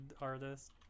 artist